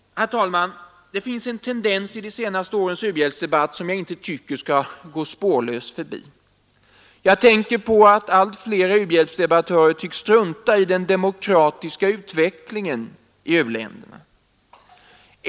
Herr talman! Det finns en tendens i de senaste årens u-hjälpsdebatt som jag inte tycker skall få gå spårlöst förbi. Jag tänker på att allt fler u-hjälpsdebattörer tycks strunta i den demokratiska utvecklingen i u-länderna.